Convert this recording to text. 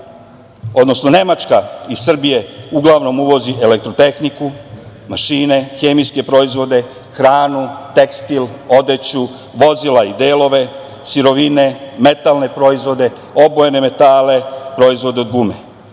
Nemačku. Nemačka iz Srbije uglavnom uvozi elektrotehniku, mašine, hemijske proizvode, hranu, tekstil, odeću, vozila i delove, sirovine, metalne proizvode, obojene metale, proizvode od gume.